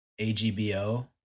AGBO